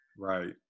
Right